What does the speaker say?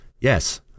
yes